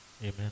Amen